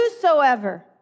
Whosoever